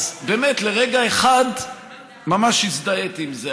אז באמת, לרגע אחד ממש הזדהיתי עם זה.